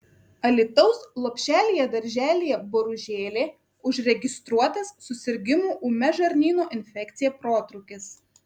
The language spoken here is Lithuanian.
alytaus lopšelyje darželyje boružėlė užregistruotas susirgimų ūmia žarnyno infekcija protrūkis